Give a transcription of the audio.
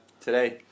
today